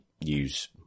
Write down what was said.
use